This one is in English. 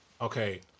okay